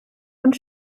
und